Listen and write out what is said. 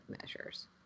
measures